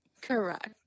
Correct